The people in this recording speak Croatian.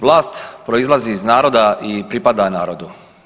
Vlast proizlazi iz naroda i pripada narodu.